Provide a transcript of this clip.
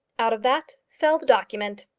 out of that fell the document.